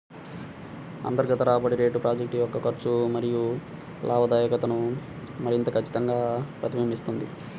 అంతర్గత రాబడి rate project యొక్క ఖర్చు మరియు లాభదాయకతను మరింత ఖచ్చితంగా ప్రతిబింబిస్తుంది